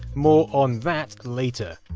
more on that later.